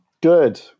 good